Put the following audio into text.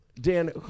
Dan